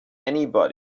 anybody